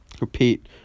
Repeat